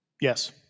Yes